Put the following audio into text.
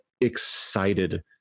excited